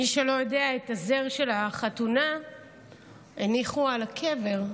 מי שלא יודע, את הזר של החתונה הניחו על הקבר.